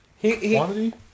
Quantity